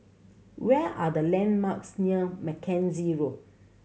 where are the landmarks near Mackenzie Road